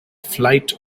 flight